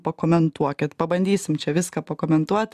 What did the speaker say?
pakomentuokit pabandysim čia viską pakomentuot